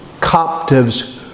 captives